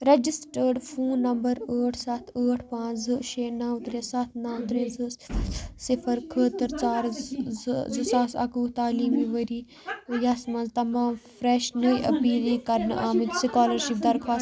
registered phone number ٲٹھ سَتھ ٲٹھ پانٛژھ زٕ شےٚ نَو ترٛےٚ سَتھ نَو ترٛےٚ زٕ صِفَر خٲطرٕ ژار زٕ زٕ ساس اَکہٕ وُہ تعلیٖمی ؤرۍ یَس مَنٛز تمام فرٛٮ۪ش نٔے أپیٖلی کرنہٕ آمٕتۍ سُکالرشپ درخواست